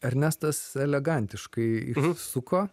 ernestas elegantiškai išsuko